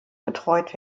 betreut